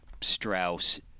Strauss